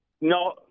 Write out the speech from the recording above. No